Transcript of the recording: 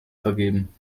vergeben